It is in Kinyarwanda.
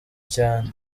cyane